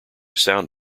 sound